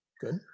Good